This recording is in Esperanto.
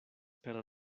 per